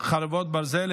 חרבות ברזל),